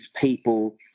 people